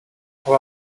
how